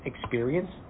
experience